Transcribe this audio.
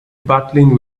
battling